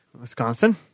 Wisconsin